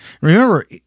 Remember